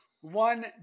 One